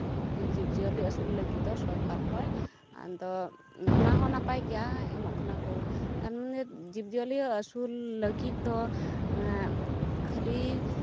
ᱡᱤᱵᱽᱼᱡᱤᱭᱟᱹᱞᱤ ᱟᱹᱥᱩᱞ ᱞᱟᱹᱜᱤᱫ ᱫᱚ ᱥᱚᱨᱠᱟᱨ ᱠᱷᱚᱡ ᱟᱫᱚ ᱚᱱᱟᱦᱚᱸ ᱱᱟᱯᱟᱭ ᱜᱮᱭᱟ ᱮᱢᱚᱜ ᱠᱟᱱᱟ ᱠᱚ ᱛᱟᱦᱚᱞᱮ ᱡᱤᱵᱽᱼᱡᱤᱭᱟᱹᱞᱤ ᱟᱹᱥᱩᱞ ᱞᱟᱹᱜᱤᱫ ᱫᱚ ᱠᱷᱟᱹᱞᱤ